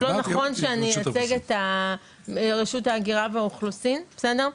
זה לא נכון שאני אייצג את רשות ההגירה והאוכלוסין בסדר?